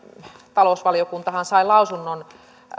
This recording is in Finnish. talousvaliokuntahan sai lausunnon